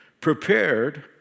Prepared